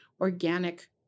organic